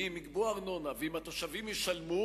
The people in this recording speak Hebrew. כי אם יגבו ארנונה ואם התושבים ישלמו,